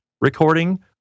recording